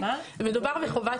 מדובר בחובת